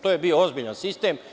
To je bio ozbiljan sistem.